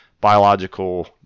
biological